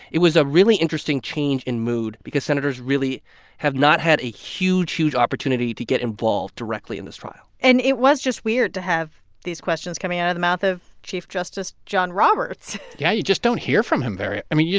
it was a really interesting change in mood because senators really have not had a huge, huge opportunity to get involved directly in this trial and it was just weird to have these questions coming out of the mouth of chief justice john roberts yeah. you just don't hear from him i mean,